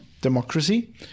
democracy